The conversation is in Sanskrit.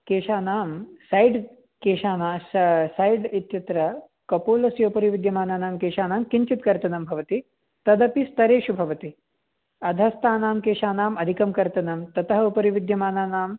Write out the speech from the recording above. केशानां सैड् केशानाश्च सैड् इत्यत्र कपोलस्य उपरि विद्यमानानां केशानां किञ्चित् कर्तनं भवति तदपि स्तरेषु भवति अधस्तानां केशानाम् अधिकं कर्तनं ततः उपरि विद्यमानानाम्